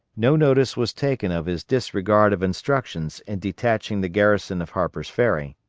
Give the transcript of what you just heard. no notice was taken of his disregard of instructions in detaching the garrison of harper's ferry.